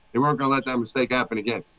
they weren't gonna let that mistake happen again.